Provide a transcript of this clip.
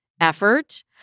effort